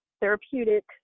therapeutic